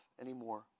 anymore